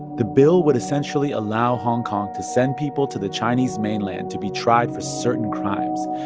the bill would essentially allow hong kong to send people to the chinese mainland to be tried for certain crimes,